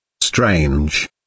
Strange